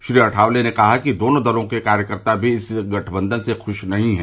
श्री अठावले ने कहा कि दोनों दलों के कार्यकर्ता भी इस गठबंधन से खुश नहीं हैं